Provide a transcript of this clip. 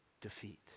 defeat